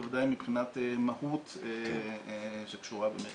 בוודאי מבחינת מהות שקשורה באמת